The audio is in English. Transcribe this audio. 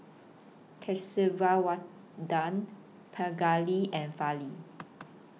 Kasiviswanathan Pingali and Fali